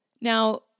now